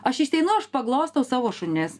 aš išeinu aš paglostau savo šunis